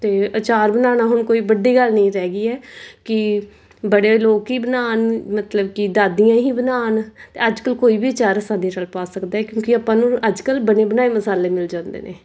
ਅਤੇ ਅਚਾਰ ਬਣਾਉਣਾ ਹੁਣ ਕੋਈ ਵੱਡੀ ਗੱਲ ਨਹੀਂ ਰਹਿ ਗਈ ਹੈ ਕਿ ਬੜੇ ਲੋਕ ਹੀ ਬਣਾਉਣ ਮਤਲਬ ਕਿ ਦਾਦੀਆਂ ਹੀ ਬਣਾਉਣ ਅਤੇ ਅੱਜ ਕੱਲ੍ਹ ਕੋਈ ਵੀ ਅਚਾਰ ਅਸਾਨੀ ਨਾਲ ਪਾ ਸਕਦਾ ਕਿਉਂਕਿ ਆਪਾਂ ਨੂੰ ਅੱਜ ਕੱਲ੍ਹ ਬਣੇ ਬਣਾਏ ਮਸਾਲੇ ਮਿਲ ਜਾਂਦੇ ਨੇ